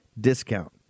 discount